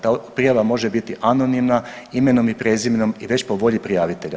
Ta prijava može biti anonimna, imenom i prezimenom i već po volji prijavitelja.